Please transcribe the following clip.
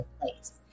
place